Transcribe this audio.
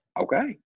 okay